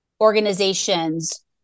organizations